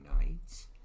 nights